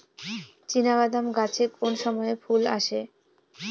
চিনাবাদাম গাছে কোন সময়ে ফুল আসে?